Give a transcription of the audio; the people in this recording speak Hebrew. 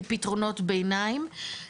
כפתרונות ביניים,